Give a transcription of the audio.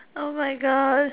oh my god